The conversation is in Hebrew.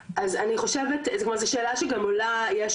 אני מניחה שהוועדה מודעת לזה,